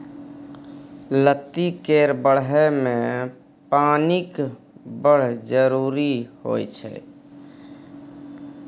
लत्ती केर बढ़य मे पानिक बड़ जरुरी होइ छै